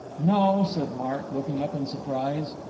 no, said mark, looking up in surprise.